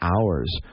hours